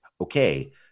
okay